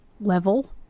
level